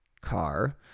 car